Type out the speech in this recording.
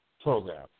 program